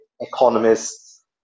economists